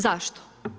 Zašto?